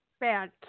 bad